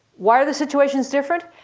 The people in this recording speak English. why are the situations different?